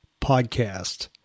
podcast